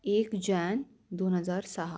एक जॅन दोन हजार सहा